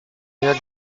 jak